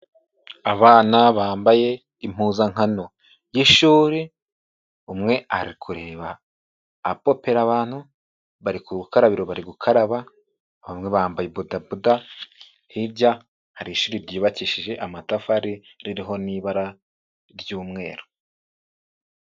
Abana bambaye impuzankano y'ishuri umwe ari kureba apepera abantu, bari ku rukarabiro bari gukaraba bamwe bambaye bodaboda, hirya hari ishuri ryubakishije amatafari ririho n'ibara ry'umweru.